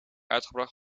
uitgevoerd